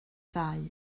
ddau